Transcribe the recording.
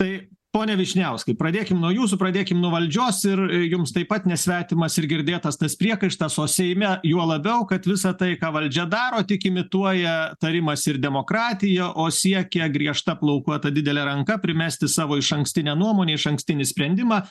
tai pone vyšniauskai pradėkim nuo jūsų pradėkim nuo valdžios ir jums taip pat nesvetimas ir girdėtas tas priekaištas o seime juo labiau kad visa tai ką valdžia daro tik imituoja tarimąsi ir demokratiją o siekia griežta plaukuota didele ranka primesti savo išankstinę nuomonę išankstinį sprendimą